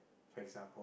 for example